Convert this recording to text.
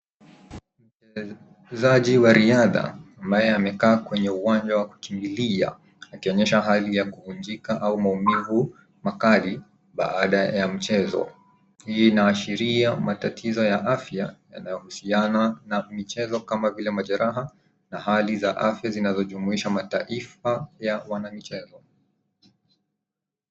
Mchezaji wa riadha, ambaye amekaa kwenye uwanja wa kimbilia, akionyesha hali ya kuvunjika au maumivu makali baada ya mchezo. Hii inaashiria matatizo ya afya yanayohusiana na michezo kama vile majeraha, na hali za afya zinazojumuisha mataifa ya wanamichezo.